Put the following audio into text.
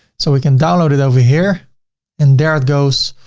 so we can download it over here and there it goes.